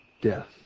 death